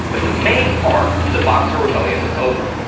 but the main part of the boxer rebellion was over.